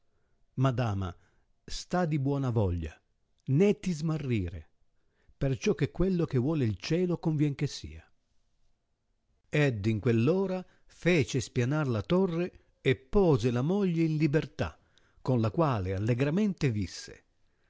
madama sta di buona voglia nò ti smarrire perciò che quello che vuole il cielo convien che sia ed in quell ora fece spianar la torre e pose la moglie in libertà con la quale allegramente visse